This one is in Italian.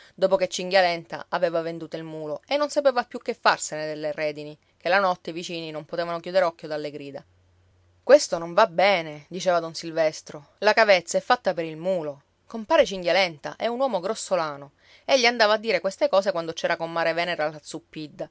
dopo che cinghialenta aveva venduto il mulo e non sapeva più che farsene delle redini che la notte i vicini non potevano chiuder occhio dalle grida questo non va bene diceva don silvestro la cavezza è fatta per il mulo compare cinghialenta è un uomo grossolano egli andava a dire queste cose quando c'era comare venera la